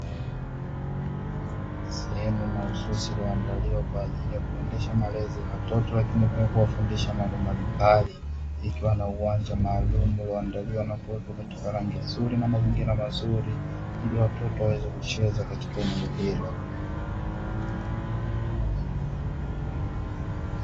Sehemu mahususi iliyoandaliwa kwa ajili ya kuendesha malezi ya watoto na kuwafundisha mambo mbalimbali, ikiwa na uwanja ulioandaliwa vizuri kwa mazingira mazuri ili watoto waweze kucheza katika eneo hilo.